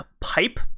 pipe